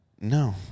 No